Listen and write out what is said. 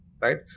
right